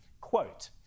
Quote